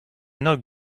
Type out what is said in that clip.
not